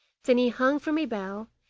then he hung from a bough,